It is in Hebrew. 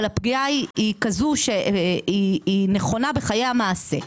אבל הפגיעה נכונה בחיי המעשה.